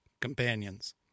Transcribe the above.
companions